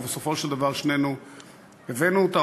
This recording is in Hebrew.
ובסופו של דבר שנינו הבאנו אותה,